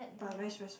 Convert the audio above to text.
but very stressful